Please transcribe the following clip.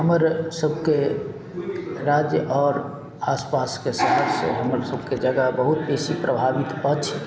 हमर सबके राज्य आओर आसपासके समयसँ हमर सबके जगह बहुत बेसी प्रभावित अछि